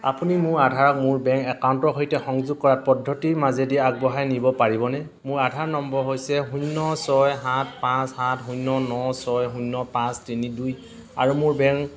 আপুনি মোৰ আধাৰক মোৰ বেংক একাউণ্টৰ সৈতে সংযোগ কৰাৰ পদ্ধতিৰ মাজেদি আগবঢ়াই নিব পাৰিবনে মোৰ আধাৰ নম্বৰ হৈছে শূন্য ছয় সাত পাঁচ সাত শূন্য ন ছয় শূন্য পাঁচ তিনি দুই আৰু মোৰ বেংক